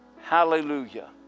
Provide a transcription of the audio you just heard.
Hallelujah